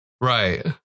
Right